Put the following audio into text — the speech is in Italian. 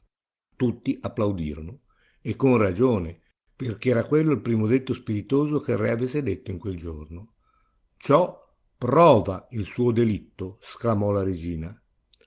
tutti applaudirono e con ragione perchè era quello il primo detto spiritoso che il re avesse detto in quel giorno ciò prova il suo delitto sclamò la regina